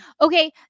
okay